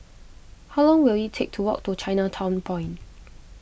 how long will it take to walk to Chinatown Point